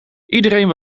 iedereen